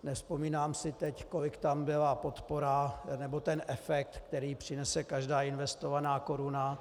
Nevzpomínám si teď, kolik tam byla podpora, nebo ten efekt, který přinese každá investovaná koruna.